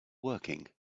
working